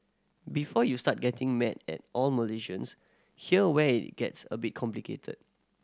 before you start getting mad at all Malaysians here where gets a bit complicated